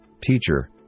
Teacher